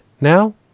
now